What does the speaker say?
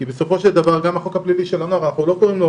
גם החוק הפלילי של הנוער, קוראים לו: